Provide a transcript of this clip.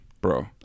bro